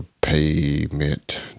payment